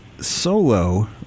solo